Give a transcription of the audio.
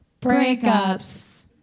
breakups